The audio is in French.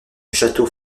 château